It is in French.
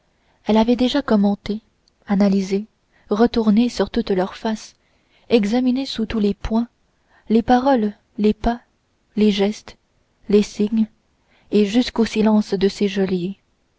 elle avait déjà commenté analysé retourné sur toutes leurs faces examiné sous tous les points les paroles les pas les gestes les signes et jusqu'au silence de